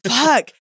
Fuck